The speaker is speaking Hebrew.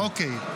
אוקיי.